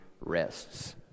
rests